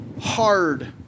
hard